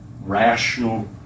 rational